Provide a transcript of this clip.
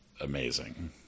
amazing